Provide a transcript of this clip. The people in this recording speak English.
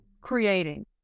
creating